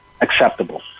acceptable